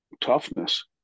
toughness